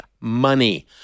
money